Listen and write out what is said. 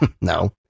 No